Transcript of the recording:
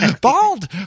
bald